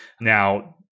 Now